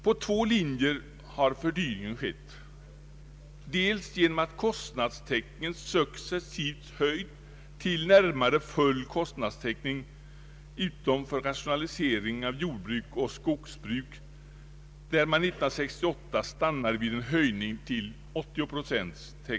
På två linjer har fördyringen skett. Kostnadstäckningen har successivt höjts till närmare full kostnadstäckning utom för rationalisering av jordbruk och skogsbruk, där man 1968 stannade vid en höjning till 80 procent.